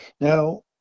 Now